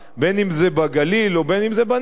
בין שזה בגליל ובין שזה בנגב,